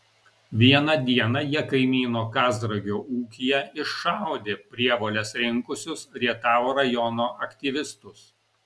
vieną dieną jie kaimyno kazragio ūkyje iššaudė prievoles rinkusius rietavo rajono aktyvistus